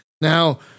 Now